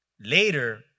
later